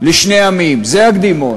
לשני עמים, זה הקדימון.